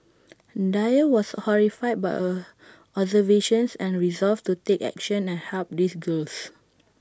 dyer was horrified by her observations and resolved to take action and help these girls